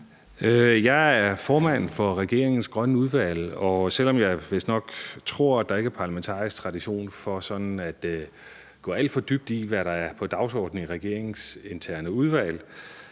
Jeg er formand for regeringens grønne udvalg, og selv om jeg vistnok tror, at der ikke er parlamentarisk tradition for sådan at gå alt for dybt ind i, hvad der er på dagsordenen i regeringens interne udvalg,